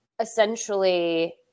essentially